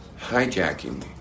...hijacking